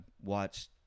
watch